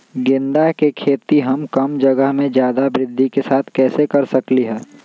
गेंदा के खेती हम कम जगह में ज्यादा वृद्धि के साथ कैसे कर सकली ह?